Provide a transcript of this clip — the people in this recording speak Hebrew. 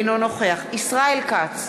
אינו נוכח ישראל כץ,